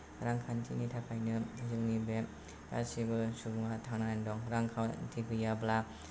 रांखान्थिनि थाखायनो जोंनि बे गासैबो सुबुंआ थांनानै दं रांखान्थि गैयाब्ला